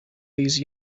those